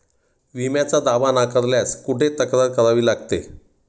विम्याचा दावा नाकारल्यास कुठे तक्रार करावी लागते?